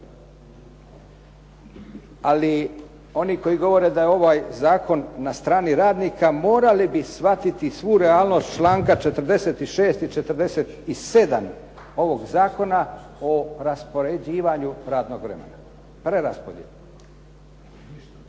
Ali oni koji govore da je ovaj zakon na strani radnika morali bi shvatiti svu realnost članka 46. i 47. ovog zakona o raspoređivanju radnog vremena, preraspodjeli.